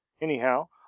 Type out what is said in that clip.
Anyhow